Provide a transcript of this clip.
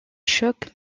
choque